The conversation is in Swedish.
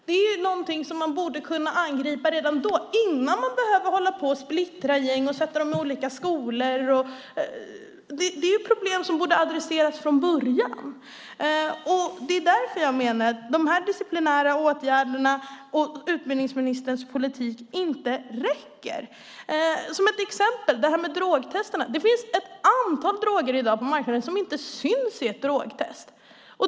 Det är något som man borde kunna angripa redan då innan man behöver hålla på och splittra gäng och sätta dem i olika skolor. Det är problem som borde adresseras från början. De här disciplinära åtgärderna och utbildningsministerns politik räcker inte. Ett exempel är drogtesterna. Det finns ett antal droger i dag på marknaden som inte syns i ett drogtest.